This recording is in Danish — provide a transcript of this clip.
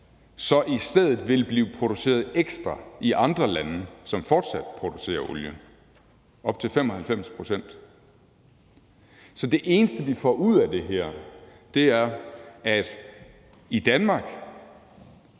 i stedet vil blive produceret ekstra i andre lande, som fortsat producerer olie – op til 95 pct.! Så det eneste, vi får ud af det her, er, at Danmark,